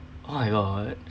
oh my god that